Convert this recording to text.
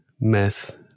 mess